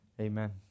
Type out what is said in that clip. Amen